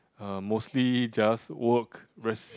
uh mostly just work